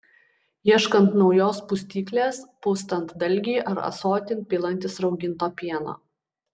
ieškant naujos pustyklės pustant dalgį ar ąsotin pilantis rauginto pieno